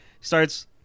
Starts